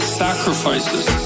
sacrifices